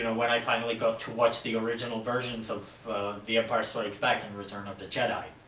and when i finally got to watch the original versions of the empire strikes back and return of the jedi.